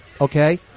okay